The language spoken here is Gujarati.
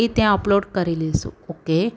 એ ત્યાં અપલોડ કરી લઈશું ઓકે